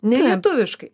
ne lietuviškai